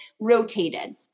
rotated